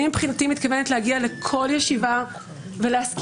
אני מבחינתי מתכוונת להגיע לכל ישיבה ולהזכיר